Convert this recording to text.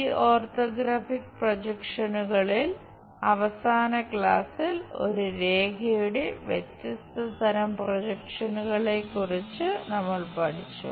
ഈ ഓർത്തോഗ്രാഫിക് പ്രൊജക്ഷനുകളിൽ അവസാന ക്ലാസിൽ ഒരു രേഖയുടെ വ്യത്യസ്ത തരം പ്രൊജക്ഷനുകളെക്കുറിച്ച് നമ്മൾ പഠിച്ചു